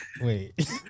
wait